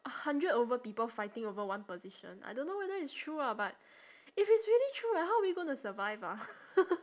a hundred over people fighting over one position I don't know whether it's true ah but if it's really true ah how are we gonna survive ah